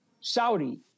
Saudi